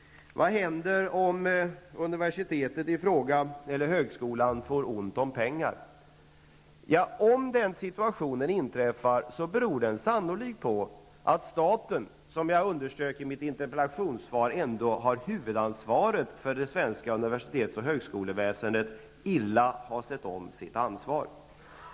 Vad händer om universitetet eller högskolan i fråga får ont om pengar? Om den situationen inträffar beror den sannolikt på att staten, vilket jag underströk i mitt interpellationssvar, som har huvudansvaret för det svenska universitets och högskoleväsendet, illa har sett om sitt ansvar.